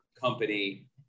company